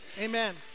Amen